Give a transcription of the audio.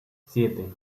siete